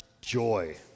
joy